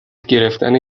گرفتن